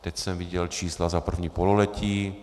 Teď jsem viděl čísla za první pololetí.